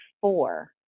four